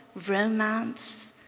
romance,